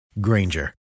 Granger